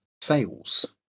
sales